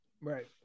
right